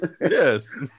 Yes